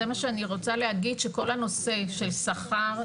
זה מה שאני רוצה להגיד שכל הנושא של השכר,